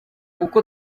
uko